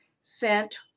sent